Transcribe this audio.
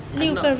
I'm not